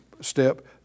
step